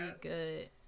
good